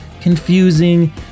confusing